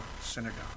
synagogue